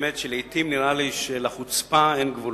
לעתים נראה לי שלחוצפה אין גבולות.